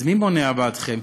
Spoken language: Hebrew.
אז מי מונע בעדכם?